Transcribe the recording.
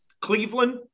Cleveland